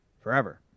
forever